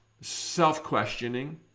self-questioning